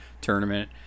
tournament